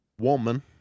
woman